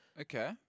Okay